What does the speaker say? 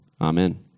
Amen